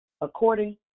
According